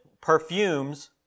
perfumes